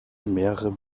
mehrerer